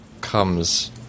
comes